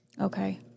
Okay